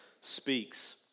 speaks